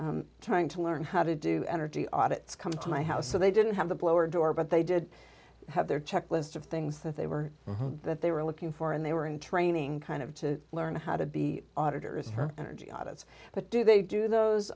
practicing trying to learn how to do energy audits come to my house so they didn't have the blower door but they did have their checklist of things that they were that they were looking for and they were in training kind of to learn how to be auditors her energy audits but do they do those